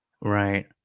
Right